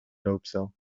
doopsel